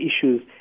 issues